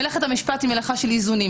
מלאכת המשפט היא מלאכה של איזונים.